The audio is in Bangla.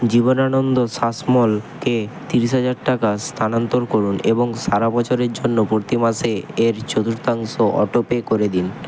জীবনানন্দ শাসমলকে ত্রিশ হাজার টাকা স্থানান্তর করুন এবং সারা বছরের জন্য প্রতি মাসে এর চতুর্থাংশ অটোপে করে দিন